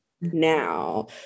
now